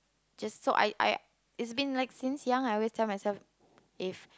just so I I it's been like since young I always tell myself if